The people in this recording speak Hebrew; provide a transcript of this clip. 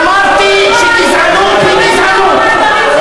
אמרתי שגזענות היא גזענות.